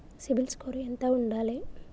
CIBIL score ఎంత ఉండాలే?